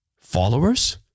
followers